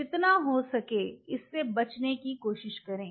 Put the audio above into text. जितना हो सके इससे बचने की कोशिश करें